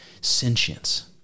sentience